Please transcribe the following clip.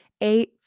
eight